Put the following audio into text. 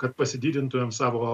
kad pasididintumėm savo